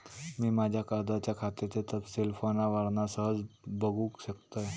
मी माज्या कर्जाच्या खात्याचे तपशील फोनवरना सहज बगुक शकतय